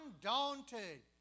Undaunted